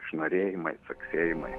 šnarėjimai caksėjimai